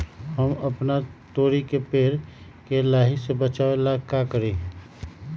हम अपना तोरी के पेड़ के लाही से बचाव ला का करी?